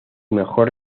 mejor